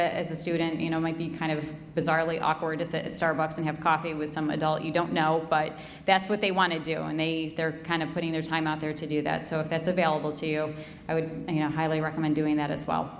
it as a student you know might be kind of bizarrely awkward to sit at starbucks and have coffee with some adult you don't know but that's what they want to do and they are kind of putting their time out there to do that so if that's available to you i would highly recommend doing that as well